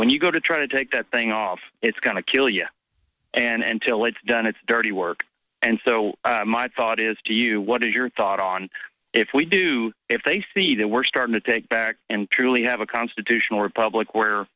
when you go to try to take that thing off it's going to kill you and till it's done it's dirty work and so my thought is to you what is your thought on if we do if they see that we're starting to take back and truly have a constitutional republic where